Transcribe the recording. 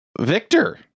Victor